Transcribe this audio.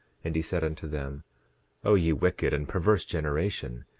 and he said unto them o ye wicked and perverse generation,